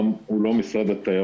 המשרד שעובד מולם הוא לא משרד התיירות.